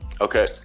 Okay